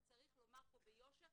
וצריך לומר פה ביושר,